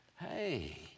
Hey